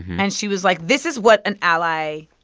and she was like, this is what an ally.